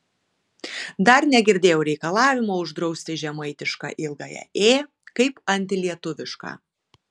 dar negirdėjau reikalavimo uždrausti žemaitišką ilgąją ė kaip antilietuvišką